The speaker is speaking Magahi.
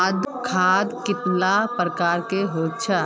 खाद कतेला प्रकारेर होचे?